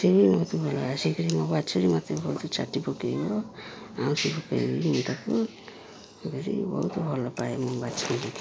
ସେ ବି ମୋତେ ଭଲ ପାଏ ଆସିକରି ମୋ ବାଛୁରୀ ମୋତେ ଚାଟି ପକେଇବ ଆଉଁଶି ସେ ପକେଇକି ମୁଁ ତା'କୁ ବହୁତ ଭଲ ପାଏ ମୋ ବାଛୁରୀ